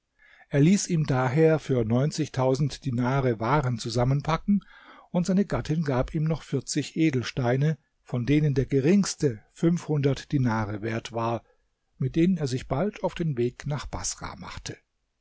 er ließ ihm daher für neunzigtausend dinare waren zusammenpacken und seine gattin gab ihm noch vierzig edelsteine von denen der geringste fünfhundert dinare wert war mit denen er sich bald auf den weg nach baßrah machte